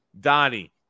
Donnie